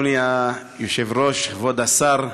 אדוני היושב-ראש, כבוד השר,